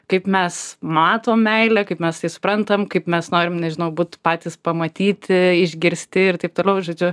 kaip mes matom meilę kaip mes tai suprantam kaip mes norim nežinau būt patys pamatyti išgirsti ir taip toliau žodžiu